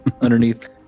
underneath